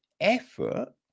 effort